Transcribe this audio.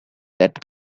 that